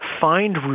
find